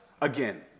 again